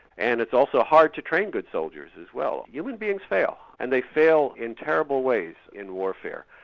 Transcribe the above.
and it's also hard to train good soldiers as well. human beings fail, and they fail in terrible ways in warfare.